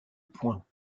points